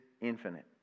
infinite